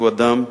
הוא אדם מצוין,